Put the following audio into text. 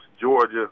Georgia